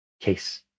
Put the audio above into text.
case